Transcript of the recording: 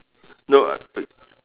no uh